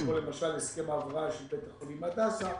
כמו למשל הסכם ההבראה של בית החולים הדסה,